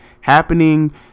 happening